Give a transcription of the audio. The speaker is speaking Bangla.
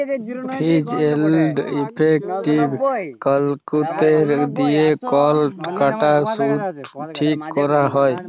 ফিজ এলড ইফেকটিভ ক্যালকুলেসলস দিয়ে কল টাকার শুধট ঠিক ক্যরা হ্যয়